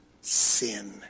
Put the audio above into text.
sin